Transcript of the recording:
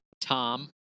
Tom